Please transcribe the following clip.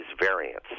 variants